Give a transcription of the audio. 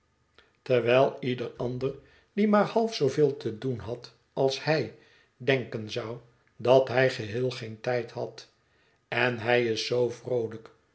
papieieder ander die maar half zooveel te doen had als hij denken zou dat hij geheel geen tijd had en hij is zoo vroolijk